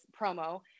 promo